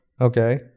Okay